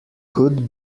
could